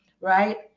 right